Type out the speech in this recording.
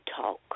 talk